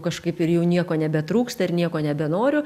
kažkaip ir jau nieko nebetrūksta ir nieko nebenoriu